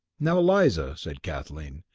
now, eliza, said kathleen,